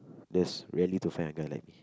just rarely to find a guy like me